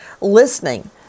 listening